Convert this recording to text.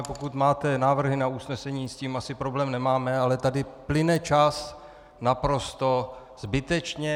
Pokud máte návrhy na usnesení, s tím asi problém nemáme, ale tady plyne čas naprosto zbytečně.